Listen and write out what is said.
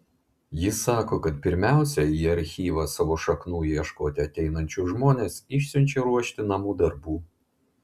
ji sako kad pirmiausia į archyvą savo šaknų ieškoti ateinančius žmones išsiunčia ruošti namų darbų